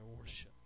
worship